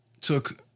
took